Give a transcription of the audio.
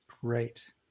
Great